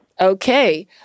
okay